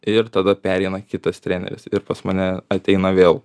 ir tada pereina kitas treneris ir pas mane ateina vėl